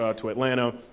ah to atlanta,